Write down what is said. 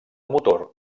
motor